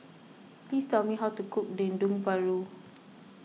please tell me how to cook Dendeng Paru